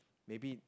maybe